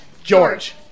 George